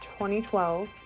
2012